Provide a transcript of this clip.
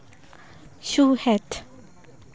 ᱥᱚᱦᱮᱫ